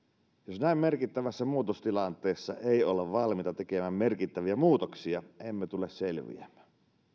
jos näin merkittävässä muutostilanteessa ei olla valmiita tekemään merkittäviä muutoksia emme tule selviämään